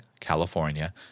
California